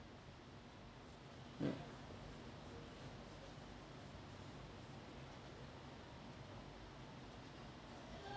mm